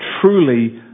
truly